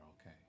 okay